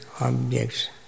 objects